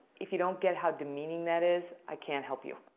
if you don't get how demeaning that is, i can't help you.